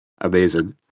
Amazing